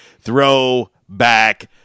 throwback